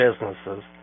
businesses